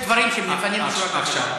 יש דברים שהם לפנים משורת הדין.